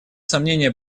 сомнение